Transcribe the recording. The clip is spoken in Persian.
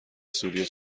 سوری